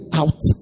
out